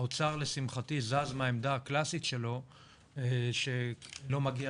האוצר לשמחתי זז מהעמדה הקלאסית שלו שלא מגיע